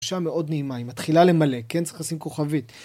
אישה מאוד נעימה, היא מתחילה למלא, כן, צריך לשים כוכבית